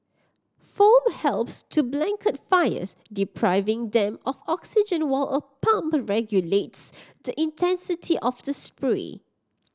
foam helps to blanket fires depriving them of oxygen while a pump regulates the intensity of the spray